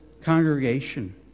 congregation